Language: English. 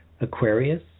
Aquarius